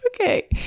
Okay